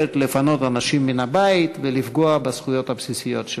שמאפשרת לפנות אנשים מן הבית ולפגוע בזכויות הבסיסיות שלהם.